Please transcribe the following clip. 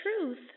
truth